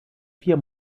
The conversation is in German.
vier